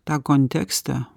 tą kontekstą